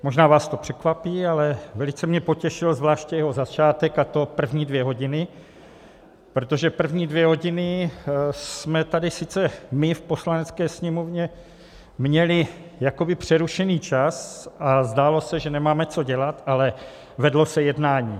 Možná vás to překvapí, ale velice mě potěšilo, zvláště jeho začátek, a to první dvě hodiny, protože první dvě hodiny jsme tady sice my v Poslanecké sněmovně měli jakoby přerušený čas a zdálo se, že nemáme co dělat, ale vedlo se jednání.